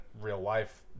real-life